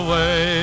Away